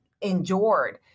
endured